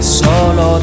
solo